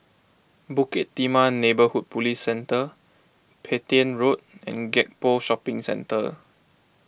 Bukit Timah Neighbourhood Police Centre Petain Road and Gek Poh Shopping Centre